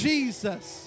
Jesus